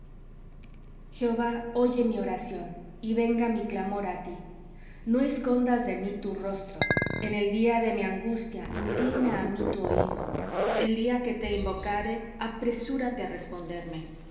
jehova oye mi oración y venga mi clamor á ti no escondas de mí tu rostro en el día de mi angustia inclina á mí tu oído el día que te invocare apresúrate á responderme